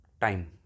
Time